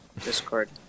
Discord